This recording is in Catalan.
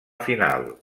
final